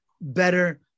better